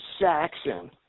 Saxon